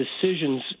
decisions